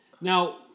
Now